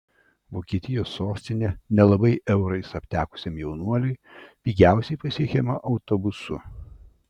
vokietijos sostinė nelabai eurais aptekusiam jaunuoliui pigiausiai pasiekiama autobusu